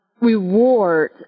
Reward